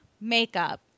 makeup